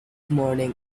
morning